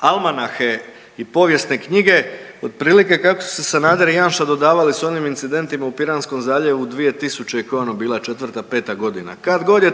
almanahe i povijesne knjige otprilike kako su se Sanader i Janša dodavali s onim incidentima u Piranskom zaljevu dvije tisuće i koja je ono bila četvrta, peta godina, kadgod je